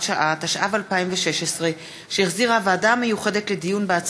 (המחנה הציוני): 11 עודד פורר (ישראל ביתנו): 12 אחמד טיבי (הרשימה